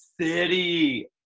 city